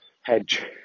hedge